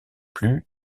plus